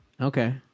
Okay